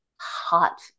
hot